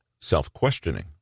Self-Questioning